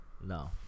No